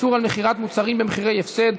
איסור על מכירת מוצרים במחירי הפסד),